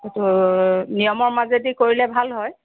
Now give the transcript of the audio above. এইটো নিয়মৰ মাজেদি কৰিলে ভাল হয়